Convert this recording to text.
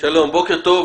בוקר טוב,